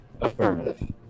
Affirmative